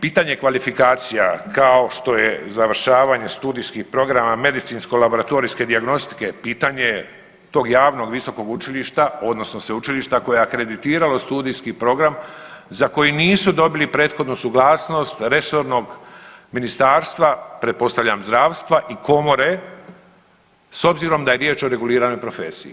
Pitanje kvalifikacija kao što je završavanje studijskih programa medicinsko-laboratorijske dijagnostike pitanje je tog javnog visokog učilišta, odnosno sveučilišta koje je akreditiralo studijski program za koji nisu dobili prethodno suglasnost resornog ministarstva, pretpostavljam zdravstva i komore, s obzirom da je riječ o reguliranoj profesiji.